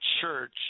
church